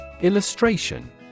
Illustration